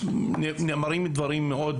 נאמרים דברים מאוד